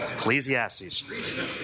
Ecclesiastes